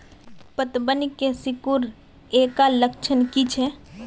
पतबन के सिकुड़ ऐ का लक्षण कीछै?